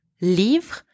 livre